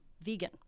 vegan